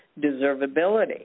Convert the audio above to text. deservability